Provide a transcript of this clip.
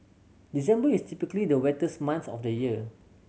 December is typically the wettest month of the year